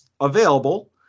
available